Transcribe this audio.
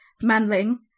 Manling